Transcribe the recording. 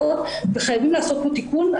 וחייבים לעשות פה תיקון.